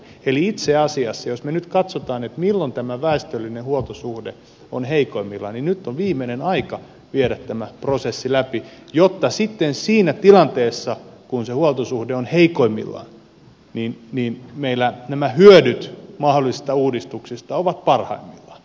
eli itse asiassa jos me nyt katsomme milloin tämä väestöllinen huoltosuhde on heikoimmillaan niin nyt on viimeinen aika viedä tämä prosessi läpi jotta sitten siinä tilanteessa kun se huoltosuhde on heikoimmillaan meillä nämä hyödyt mahdollisista uudistuksista ovat parhaimmillaan